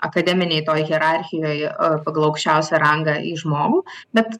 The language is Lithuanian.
akademinėj toj hierarchijoj pagal aukščiausią rangą į žmogų bet